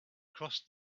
crossed